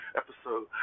episode